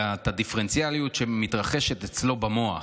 אלא את הדיפרנציאליות שמתרחשת אצלו במוח.